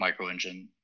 microengine